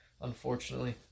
unfortunately